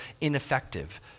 ineffective